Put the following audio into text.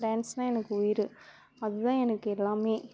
டான்ஸ்னா எனக்கு உயிர் அது தான் எனக்கு எல்லாமே